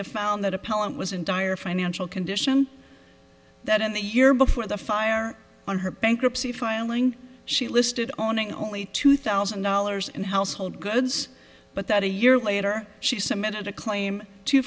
a found that appellant was in dire financial condition that in the year before the fire on her bankruptcy filing she listed on it only two thousand dollars in household goods but that a year later she submitted a claim to